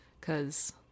cause